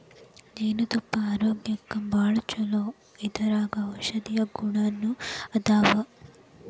ಜೇನತುಪ್ಪಾ ಆರೋಗ್ಯಕ್ಕ ಭಾಳ ಚುಲೊ ಇದರಾಗ ಔಷದೇಯ ಗುಣಾನು ಅದಾವ